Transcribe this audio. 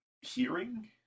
hearing